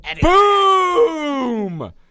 Boom